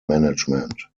management